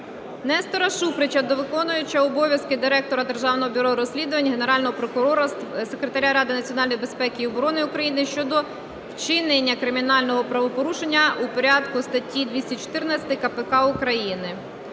Нестора Шуфрича до виконувача обов'язків директора Державного бюро розслідувань, Генерального прокурора, Секретаря Ради національної безпеки і оборони України щодо вчинення кримінального правопорушення (у порядку ст. 214 КПК України).